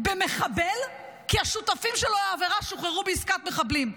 במחבל כי השותפים שלו לעבירה שוחררו בעסקת מחבלים.